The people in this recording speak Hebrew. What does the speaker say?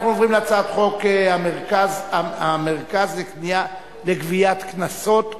אנחנו עוברים להצעת חוק המרכז לגביית קנסות,